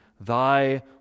thy